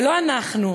ולא אנחנו,